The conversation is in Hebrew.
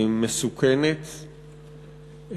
מסוכנת,